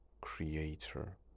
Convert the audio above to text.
creator